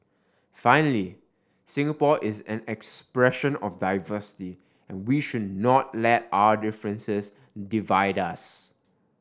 finally Singapore is an expression of diversity and we should not let our differences divide us